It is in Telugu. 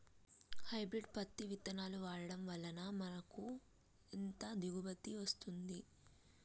హైబ్రిడ్ పత్తి విత్తనాలు వాడడం వలన మాకు ఎంత దిగుమతి వస్తుంది?